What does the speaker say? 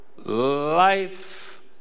Life